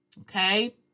Okay